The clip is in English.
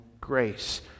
grace